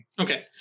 Okay